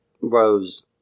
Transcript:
Rose